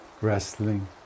wrestling